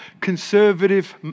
conservative